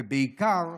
ובעיקר,